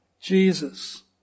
Jesus